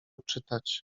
czytać